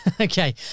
Okay